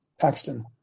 Paxton